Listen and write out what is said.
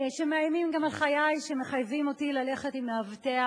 שמאיימים גם על חיי, שמחייבים אותי ללכת עם מאבטח,